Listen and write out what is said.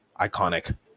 iconic